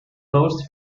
most